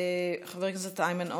חבר הכנסת איימן עודה,